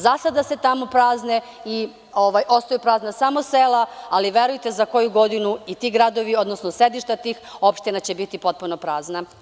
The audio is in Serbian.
Za sada se tamo prazne samo sela, ali verujte za koju godinu i ti gradovi, odnosno sedišta tih opština će biti potpuno prazna.